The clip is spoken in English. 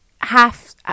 half